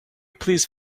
please